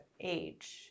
age